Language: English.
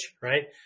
right